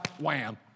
Wham